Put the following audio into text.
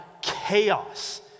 chaos